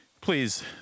please